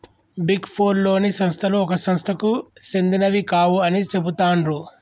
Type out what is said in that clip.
big four లోని సంస్థలు ఒక సంస్థకు సెందినవి కావు అని చెబుతాండ్రు